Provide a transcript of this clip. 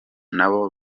nabo